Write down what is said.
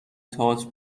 تئاتر